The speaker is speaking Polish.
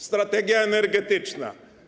Strategia energetyczna.